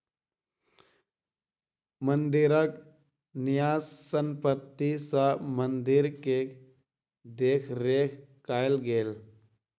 मंदिरक न्यास संपत्ति सॅ मंदिर के देख रेख कएल गेल